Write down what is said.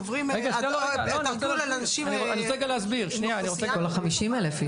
עוברים תרגול על אנשים עם --- כל ה-50,000 איש.